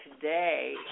today